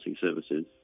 services